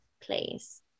please